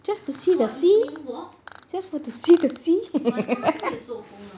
just to see the sea just for the see the sea